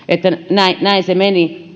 näin näin se meni